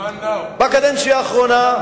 בקדנציה האחרונה,